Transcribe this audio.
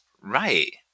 Right